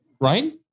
right